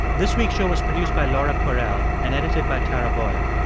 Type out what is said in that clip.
this week's show was produced by laura kwerel and edited by tara boyle.